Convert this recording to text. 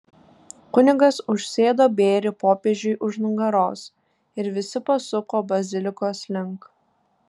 kunigas užsėdo bėrį popiežiui už nugaros ir visi pasuko bazilikos link